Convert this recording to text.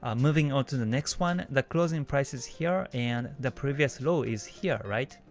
um moving on to the next one, the closing price is here, and the previous low is here, right?